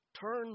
Turn